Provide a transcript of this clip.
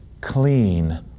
clean